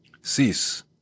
Cease